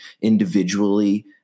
individually